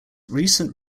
recent